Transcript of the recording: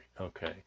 okay